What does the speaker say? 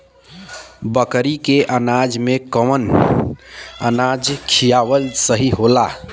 बकरी के अनाज में कवन अनाज खियावल सही होला?